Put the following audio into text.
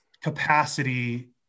capacity